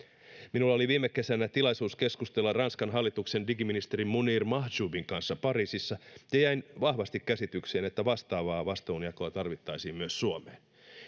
minulla oli viime kesänä tilaisuus keskustella ranskan hallituksen digiministeri mounir mahjoubin kanssa pariisissa ja jäin vahvasti käsitykseen että vastaavaa vastuunjakoa tarvittaisiin myös suomeen